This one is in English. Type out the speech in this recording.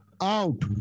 out